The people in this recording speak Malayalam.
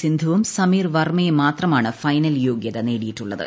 സിന്ധുവും സമീർ വർമ്മയ്ക്ക് മാത്രമാണ് ഫൈനൽ യോഗൃത നേടിയിട്ടുള്ളത്